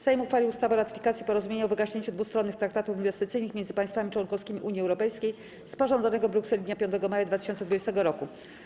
Sejm uchwalił ustawę o ratyfikacji Porozumienia o wygaśnięciu dwustronnych traktatów inwestycyjnych między państwami członkowskimi Unii Europejskiej, sporządzonego w Brukseli dnia 5 maja 2020 r.